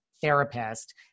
therapist